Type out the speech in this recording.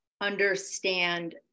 understand